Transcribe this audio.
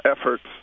efforts